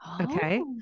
Okay